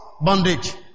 Bondage